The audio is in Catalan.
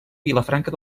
vilafranca